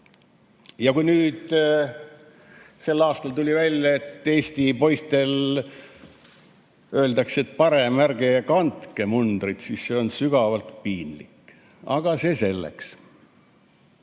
Ja kui nüüd sel aastal tuli välja, et Eesti poistele on öeldud, et parem ärge kandke mundrit, siis see on sügavalt piinlik. Aga see selleks.